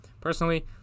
personally